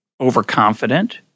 overconfident